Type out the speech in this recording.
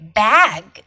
bag